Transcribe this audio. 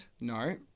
no